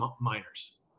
miners